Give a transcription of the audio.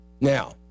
Now